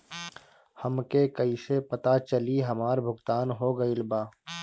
हमके कईसे पता चली हमार भुगतान हो गईल बा?